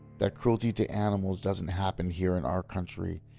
that cruelty to animals doesn't happen here in our country,